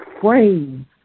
frame